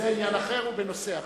זה עניין אחר ובנושא אחר.